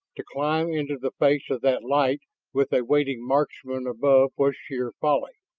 to climb into the face of that light with a waiting marksman above was sheer folly.